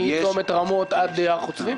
מצומת רמות עד הר חוצבים?